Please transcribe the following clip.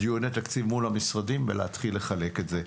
דיוני תקציב מול המשרדים ולהתחיל לחלק את זה.